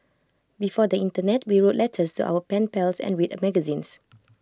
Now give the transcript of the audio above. before the Internet we wrote letters to our pen pals and read magazines